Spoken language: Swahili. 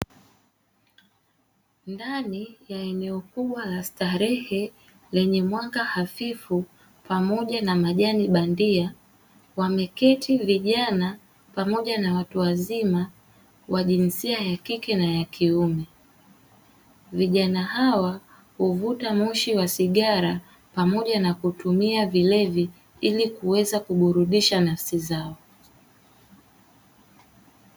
Ndani ya eneo kubwa la starehe lenye mwanga hafifu pamoja na majani bandia, wameketi vijana pamoja na watu wazima wa jinsia ya kike na ya kiume. Vijana hawa huvuta moshi wa sigara pamoja na kutumia vilevi ili kuweza kuburudisha nafsi zao.